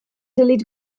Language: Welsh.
dylid